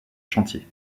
chantiers